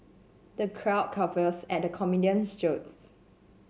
the crowd guffaws at the comedian's jokes